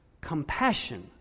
compassion